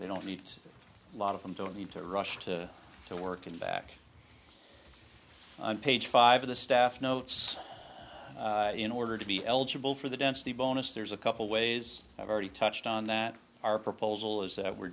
they don't need a lot of them don't need to rush to to work and back on page five of the staff notes in order to be eligible for the density bonus there's a couple ways i've already touched on that our proposal is that we're